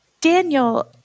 Daniel